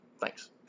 Thanks